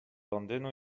londynu